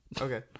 Okay